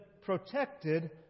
protected